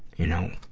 you know?